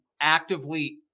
actively